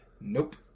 Nope